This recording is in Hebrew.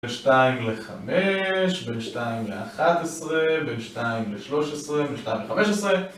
בין 2 ל-5, בין 2 ל-11, בין 2 ל-13, בין 2 ל-15